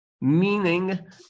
Meaning